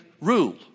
rule